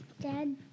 Dad